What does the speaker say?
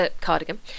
cardigan